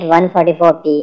144p